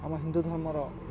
ଆମ ହିନ୍ଦୁ ଧର୍ମର